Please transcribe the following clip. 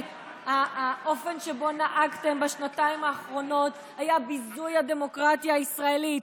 האופן שבו נהגתם בשנים האחרונות היה ביזוי הדמוקרטיה הישראלית,